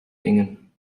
dingen